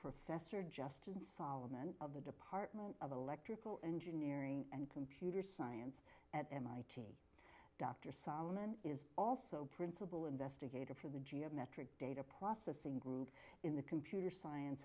professor justin solomon of the department of electrical engineering and computer science at m i t dr solomon is also principal investigator for the geometric data processing group in the computer science